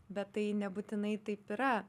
bet tai nebūtinai taip yra